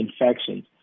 infections